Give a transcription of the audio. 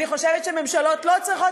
אני חושבת שממשלות לא צריכות,